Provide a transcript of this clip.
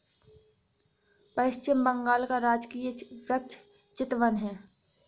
पश्चिम बंगाल का राजकीय वृक्ष चितवन है